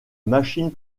machine